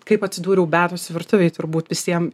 kaip atsidūriau beatos virtuvėj turbūt visiem